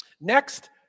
Next